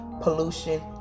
pollution